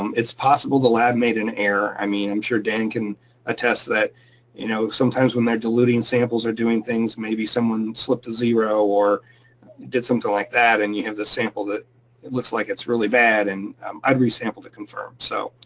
um it's possible the lab made an error. i mean, i'm sure dan can attest that you know sometimes when they're diluting samples or doing things, maybe someone slipped a zero or did something like that, and you have the sample that it looks like it's really bad. and i'd re sample to confirm. so